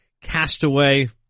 Castaway